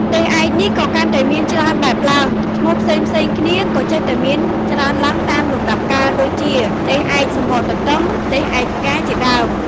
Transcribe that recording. ទេសឯកនេះ ក៏កាន់តែមានច្រើនបែបឡើង ឈ្មោះផ្សេងៗគ្នាក៏ចេះតែមានច្រើនឡើងតាមលំដាប់កាល ដូចជា ទេសឯកសំបកទទិម, ទេសឯកផ្កា ជាដើម។